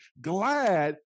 glad